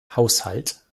haushalt